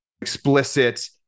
explicit